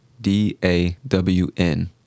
D-A-W-N